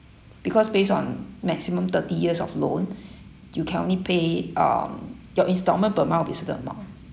because based on maximum thirty years of loan you can only pay um your installment per month will be a certain amount